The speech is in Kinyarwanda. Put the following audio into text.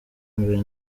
mbere